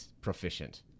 proficient